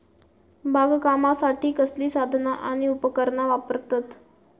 बागकामासाठी कसली साधना आणि उपकरणा वापरतत?